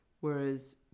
whereas